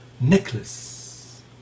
necklace